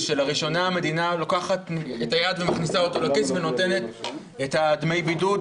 שלראשונה המדינה מכניסה את היד לכיס ונותנת דמי בידוד,